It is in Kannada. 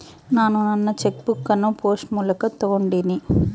ನಾನು ನನ್ನ ಚೆಕ್ ಬುಕ್ ಅನ್ನು ಪೋಸ್ಟ್ ಮೂಲಕ ತೊಗೊಂಡಿನಿ